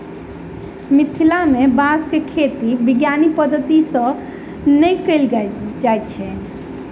मिथिला मे बाँसक खेती वैज्ञानिक पद्धति सॅ नै कयल जाइत अछि